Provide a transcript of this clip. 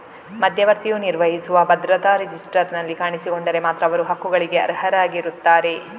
ಮಧ್ಯವರ್ತಿಯು ನಿರ್ವಹಿಸುವ ಭದ್ರತಾ ರಿಜಿಸ್ಟರಿನಲ್ಲಿ ಕಾಣಿಸಿಕೊಂಡರೆ ಮಾತ್ರ ಅವರು ಹಕ್ಕುಗಳಿಗೆ ಅರ್ಹರಾಗಿರುತ್ತಾರೆ